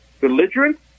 belligerent